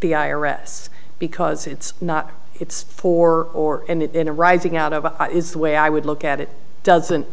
the i r s because it's not it's for or and it in a rising out of is the way i would look at it doesn't